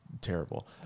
terrible